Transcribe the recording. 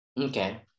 Okay